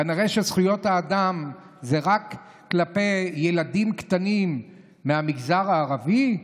כנראה שזכויות האדם זה רק כלפי ילדים קטנים מהמגזר הערבי.